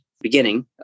beginning